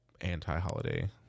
anti-holiday